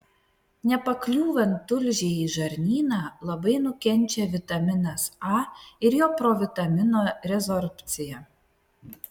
nepakliūvant tulžiai į žarnyną labai nukenčia vitaminas a ir jo provitamino rezorbcija